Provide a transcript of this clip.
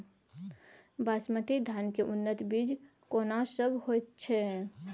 बासमती धान के उन्नत बीज केना सब होयत छै?